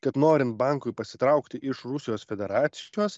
kad norint bankui pasitraukti iš rusijos federacijos